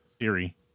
Siri